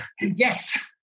yes